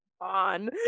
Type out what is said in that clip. on